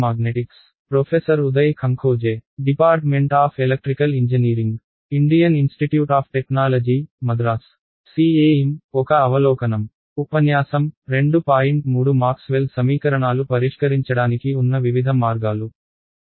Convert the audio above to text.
మనం వాటిని పరిష్కరించడానికి ఉన్న విభిన్న మార్గాలను చూద్దాం